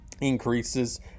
increases